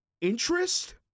interest